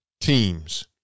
teams